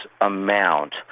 amount